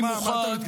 אני לא בטוח.